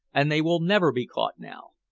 and they will never be caught now.